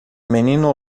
menino